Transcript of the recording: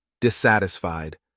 Dissatisfied